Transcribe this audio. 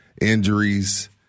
injuries